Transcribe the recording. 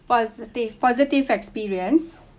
positive positive experience